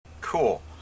Cool